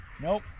Nope